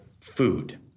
food